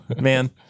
man